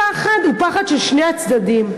הפחד הוא פחד של שני הצדדים,